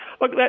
Look